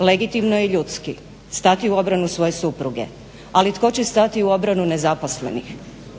Legitimno je i ljudski stati u obranu svoje supruge, ali tko će stati u obranu nezaposlenih,